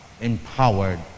empowered